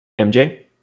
MJ